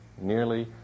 Nearly